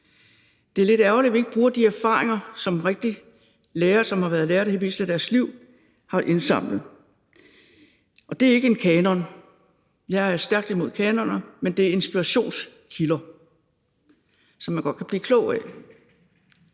Det er lidt ærgerligt, at vi ikke bruger de erfaringer, som lærere, der har været lærer det meste af deres liv, har indsamlet, og det er ikke en kanon, jeg mener – jeg er stærkt imod kanoner – men det er inspirationskilder, som man godt kan blive klog af.